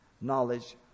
knowledge